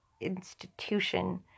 institution